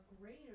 greater